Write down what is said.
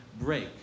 break